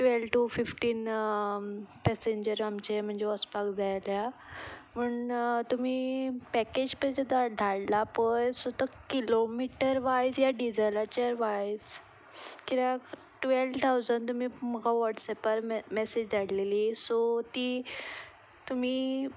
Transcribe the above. twelve to fifteen passenger आमचे म्हणजे वचपाक जाय जाल्यार पूण तुमी पॅकेज पय जें धाडलां पय सो तो किलोमीटर वायज या डिजलाच्या वायज किद्याक टुवेल टावंसण तुमी म्हाका वोट्सएपार मेसेज धाडलेली सो ती तुमी